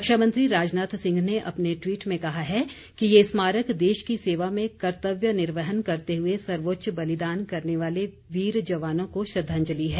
रक्षामंत्री राजनाथ सिंह ने अपने ट्वीट में कहा है कि यह स्मारक देश की सेवा में कर्तव्य निर्वहन करते हुए सर्वोच्च बलिदान करने वाले वीर जवानों को श्रद्वांजलि है